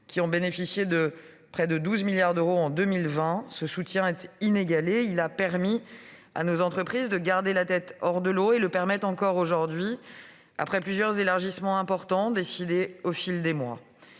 qui ont bénéficié de près de 12 milliards d'euros en 2020. Ce soutien est inégalé. Il a permis à nos entreprises de garder la tête hors de l'eau et le permet encore aujourd'hui, après plusieurs élargissements importants décidés au fil des mois.